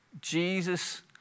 Jesus